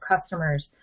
customers